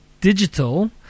Digital